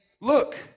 look